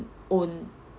own